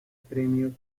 premios